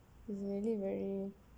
is really very